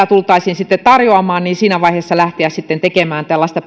tultaisiin tarjoamaan lähteä tekemään tällaista